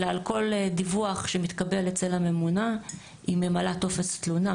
אלא על כל דיווח שמתקבל אצל הממונה היא ממלאה טופס תלונה,